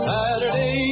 Saturday